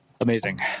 Amazing